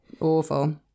Awful